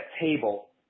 table